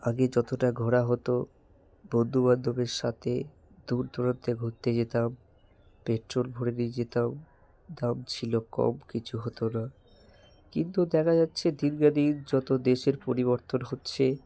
আগে যতটা ঘোরা হতো বন্ধুবান্ধবের সাথে দূরদূরান্তে ঘুরতে যেতাম পেট্রোল ভরে নিয়ে যেতাম দাম ছিল কম কিছু হতো না কিন্তু দেখা যাচ্ছে দিনকে দিন যত দেশের পরিবর্তন হচ্ছে